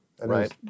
Right